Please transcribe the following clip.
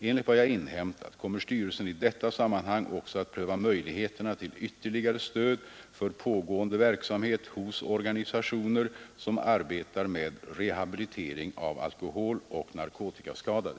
Enligt vad jag inhämtat kommer styrelsen i detta sammanhang också att pröva möjligheterna till ytterligare stöd för pågående verksamhet hos organisationer som arbetar med rehabilitering av alkoholoch narkotikaskadade.